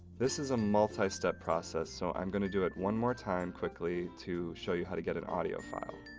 this is a multi-step process, so i'm going to do it one more time, quickly to show you how to get an audio file.